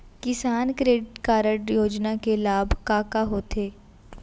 किसान credit card योजना के लाभ का का होथे?